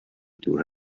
دور